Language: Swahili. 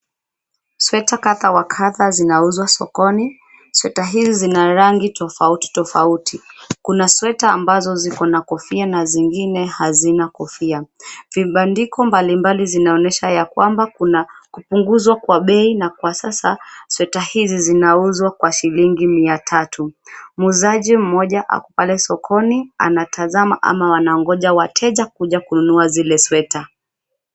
Sweta kadha wa kadha zinauzwa sokoni. Sweta hizi zina rangi tofauti tofauti. Kuna sweta ambazo zikona kofia na zingine hazina kofia. Vibandiko mbalimbali zinaonyesha ya kwamba kuna kupunguzwa kwa bei na kwa sasa sweta hizi zinauzwa kwa shilingi mia tatu. Muuzaji mmoja ako pale sokoni anatazama ama anangoja wateja kuja kuzinunua zile sweta.